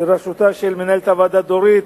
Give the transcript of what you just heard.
בראשותה של מנהלת הוועדה דורית,